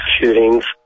shootings